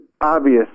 obvious